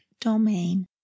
domain